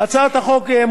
ואני קורא לכם,